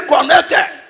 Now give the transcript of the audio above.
connected